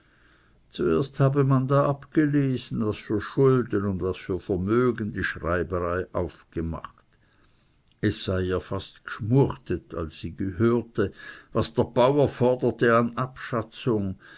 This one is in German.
zuerst habe man da abgelesen was für schulden und was für vermögen die schreiberei aufgemacht es sei ihr fast gschmuechtet als sie gehört was der bauer forderte an abschatzung